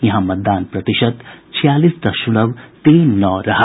यहां मतदान प्रतिशत छियालीस दशमलव तीन नौ रहा